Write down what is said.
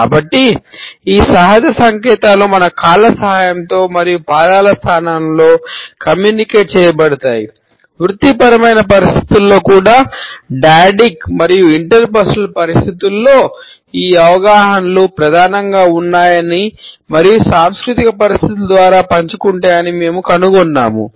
కాబట్టి ఈ సహజ సంకేతాలు మన కాళ్ళ సహాయంతో మరియు పాదాల స్థానంతో కమ్యూనికేట్ పరిస్థితులలో ఈ అవగాహనలు ప్రధానంగా ఉన్నాయని మరియు సాంస్కృతిక పరిస్థితుల ద్వారా పంచుకుంటాయని మేము కనుగొన్నాము